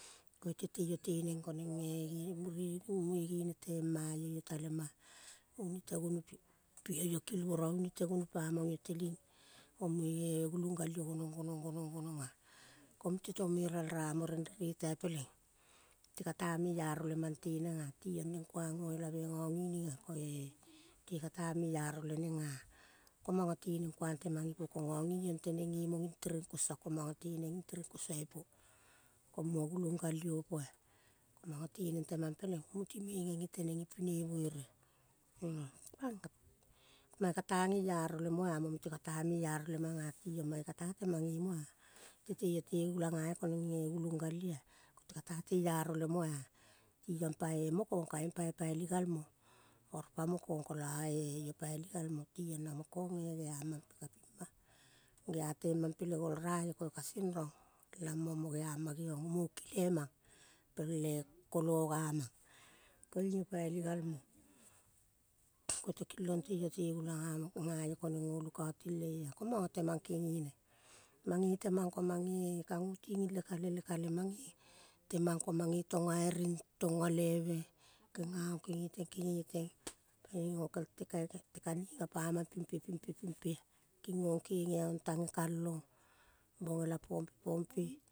Koe iote teio teneng konenge munge tema io talema. Ungi te gonu pi, pi io io kilvora. Ungi te gonu pamang io teling ko mue gulong gal io gonong, gonong, gonong, gononga. Ko mute tomo me ralra mo renre retai peleng ti kata meiaro le mante nenga. Tiong neng kuang ngoelave nga ngininga koe te kata mearo lenenga. Ko mangateneng kuang temang ipo ko nga ngiong teneng ngemo nging tereng kosa manga teneng nging tereng kosa ipo. Ko munga gulong gal io ipoa ko manga teneng temang peleng ko muti me ngenge teneng ipine vere. mae kata ngeiaro mlemoa ko mute kata mearo lemanga tiong mae kata temang ngemoa. Te teio te gulang ngaio konenge gulong gal ioa koto teiaro lemoa. Tiong pae mokong kaiong pai paili gal mo. Oro pa moko kolae io paili galmo tiong na mo kong geae mampe kapim mana. Geae temampe le golra io ko io kasendrong lamang mo geama geong mo kile mang pele kolo gomang. Koiung io paili gal mo, kota kilong teio te gulang ngamo, ngaio koneng ngo lukati leio ong. Ko manga temang kenge ne. Mange temang ko mange kango tingi le kale, le kale. Mange temang ko mange tongairing, tongaleve, kenga ong kengeteng, kengeteng. Ngenge ngokel kaikai te kaniga pamang pimpe, pimpe, pimpe, pimpe. Kingong kenge aong tange kalong. Bonela pompe, pompe.